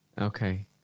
okay